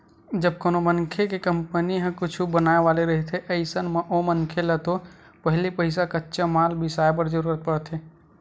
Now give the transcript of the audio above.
जब कोनो मनखे के कंपनी ह कुछु बनाय वाले रहिथे अइसन म ओ मनखे ल तो पहिली पइसा कच्चा माल बिसाय बर जरुरत पड़थे